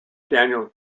daniel